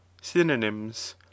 Synonyms